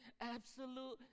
absolute